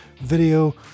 video